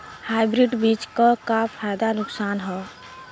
Hybrid बीज क का फायदा नुकसान ह?